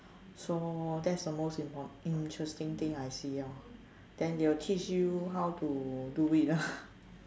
so that's the most import~ the most interesting thing I see lor then they will teach you how to do it lah